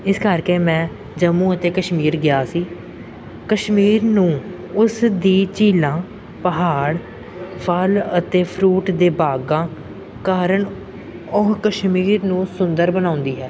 ਇਸ ਕਰਕੇ ਮੈਂ ਜੰਮੂ ਅਤੇ ਕਸ਼ਮੀਰ ਗਿਆ ਸੀ ਕਸ਼ਮੀਰ ਨੂੰ ਉਸ ਦੀ ਝੀਲਾਂ ਪਹਾੜ ਫ਼ਲ ਅਤੇ ਫਰੂਟ ਦੇ ਬਾਗਾਂ ਕਾਰਨ ਉਹ ਕਸ਼ਮੀਰੀ ਨੂੰ ਸੁੰਦਰ ਬਣਾਉਂਦੀ ਹੈ